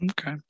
Okay